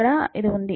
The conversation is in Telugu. ఇక్కడ ఇది ఉంది